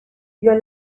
your